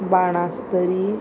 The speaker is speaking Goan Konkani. बाणास्तरी